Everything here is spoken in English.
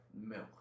Milk